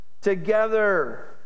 together